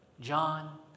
John